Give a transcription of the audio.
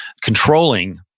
controlling